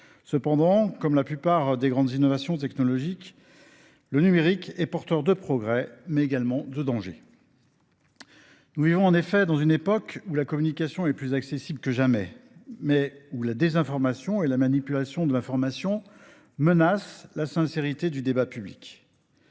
Cependant, comme la plupart des grandes innovations technologiques, le numérique est porteur de progrès, mais également facteur de dangers. Nous vivons en effet à une époque où la communication est plus accessible que jamais, mais où la désinformation et la manipulation de l’information menacent la sincérité du débat public.